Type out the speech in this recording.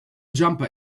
jumper